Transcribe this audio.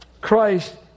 Christ